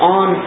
on